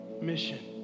mission